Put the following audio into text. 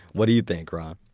what do you think, ron?